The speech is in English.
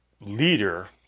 leader